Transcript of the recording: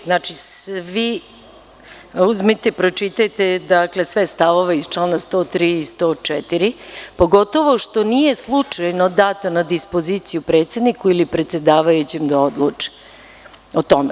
Uzmite i pročitajte sve stavove iz članova 103. i 104, pogotovo što nije slučajno dato na dispoziciju predsedniku ili predsedavajućem da odluče o tome.